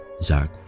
Zach